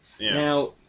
Now